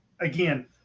Again